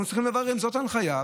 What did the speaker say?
אנחנו צריכים לברר אם זאת ההנחיה,